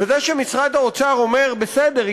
וזה שמשרד האוצר אומר: בסדר,